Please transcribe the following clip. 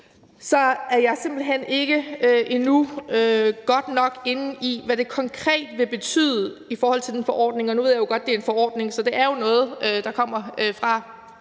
er jeg simpelt hen ikke endnu godt nok inde i, hvad det konkret vil betyde i forhold til den forordning – nu ved jeg godt, at det er en forordning, så det er jo noget, der kommer fra